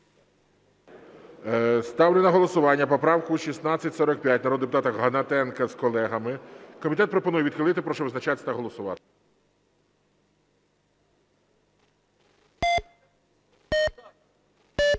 Ставлю на голосування поправку 1645 народного депутата Гнатенка з колегами. Комітет пропонує відхилити. Прошу визначатися та голосувати.